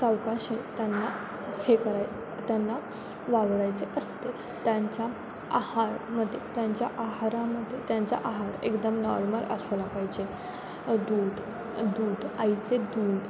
सावकाश त्यांना हे कराय त्यांना वावरायचे असते त्यांचा आहारमध्ये त्यांच्या आहारामध्ये त्यांचा आहार एकदम नॉर्मल असायला पाहिजे दूध दूध आईचे दूध